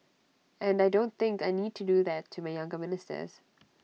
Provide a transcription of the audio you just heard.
and I don't think I need to do that to my younger ministers